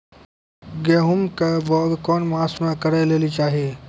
गेहूँमक बौग कून मांस मअ करै लेली चाही?